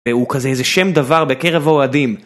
והוא כזה איזה שם דבר בקרב האוהדים